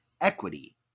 Equity